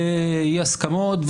אי הסכמות,